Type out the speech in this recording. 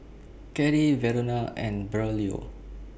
Karrie Verona and Braulio